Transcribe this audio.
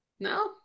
No